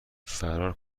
فرار